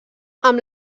amb